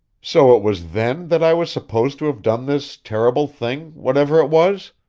so it was then that i was supposed to have done this terrible thing whatever it was?